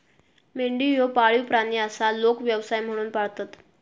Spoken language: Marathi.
मेंढी ह्यो पाळीव प्राणी आसा, लोक व्यवसाय म्हणून पाळतत